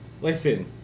Listen